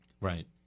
Right